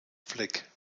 fleck